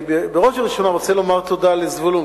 אני בראש ובראשונה רוצה לומר תודה לזבולון,